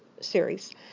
series